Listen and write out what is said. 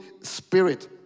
spirit